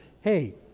Hey